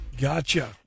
Gotcha